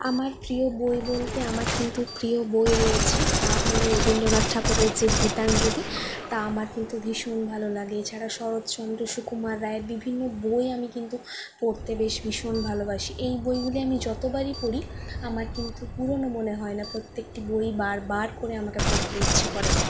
আমার প্রিয় বই বলতে আমার কিন্তু প্রিয় বই রয়েছে তা হল রবীন্দ্রনাথ ঠাকুরের যে গীতাঞ্জলি তা আমার কিন্তু ভীষণ ভালো লাগে এছাড়া শরৎচন্দ্র সুকুমার রায়ের বিভিন্ন বই আমি কিন্তু পড়তে বেশ ভীষণ ভালোবাসি এই বইগুলি আমি যতবারই পড়ি আমার কিন্তু পুরোনো মনে হয় না প্রত্যেকটি বই বারবার করে আমাকে পড়তে ইচ্ছে করে